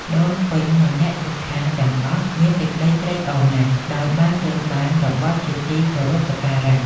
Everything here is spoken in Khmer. ដូនពេញ និងអ្នកជិតខាងទាំងអស់មានសេចក្តីត្រេកអរណាស់ ដោយបានរើសបានរបស់ជាទីគោរពសក្ការៈ។